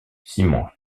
simon